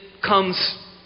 comes